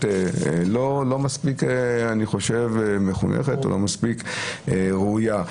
לא מספיק מחונכת או לא מספק ראויה.